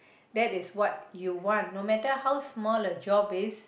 that is what you want no matter how small a job is